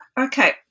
Okay